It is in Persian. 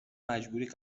مجبوری